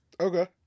Okay